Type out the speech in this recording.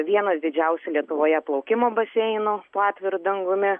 vienas didžiausių lietuvoje plaukimo baseinų po atviru dangumi